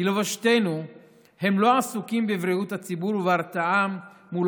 כי לבושתנו הם לא עסוקים בבריאות הציבור ובהרתעה מול